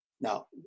Now